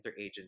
Interagency